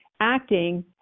acting